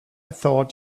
thought